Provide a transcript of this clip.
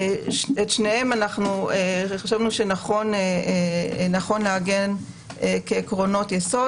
את שניהם חשבנו שנכון לעגן כעקרונות יסוד.